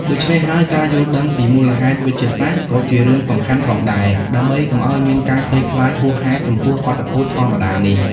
ដូច្នេះហើយ ការយល់ដឹងពីមូលហេតុវេជ្ជសាស្ត្រក៏ជារឿងសំខាន់ផងដែរ ដើម្បីកុំឱ្យមានការភ័យខ្លាចហួសហេតុចំពោះបាតុភូតធម្មតានេះ។